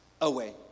away